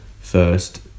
first